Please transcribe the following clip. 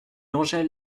angèle